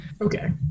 Okay